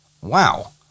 Wow